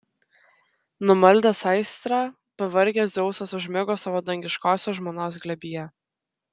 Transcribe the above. numaldęs aistrą pavargęs dzeusas užmigo savo dangiškosios žmonos glėbyje